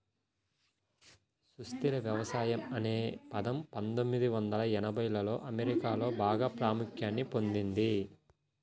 సుస్థిర వ్యవసాయం అనే పదం పందొమ్మిది వందల ఎనభైలలో అమెరికాలో బాగా ప్రాముఖ్యాన్ని పొందింది